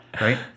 right